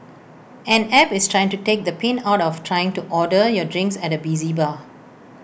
an app is trying to take the pain out of trying to order your drinks at A busy bar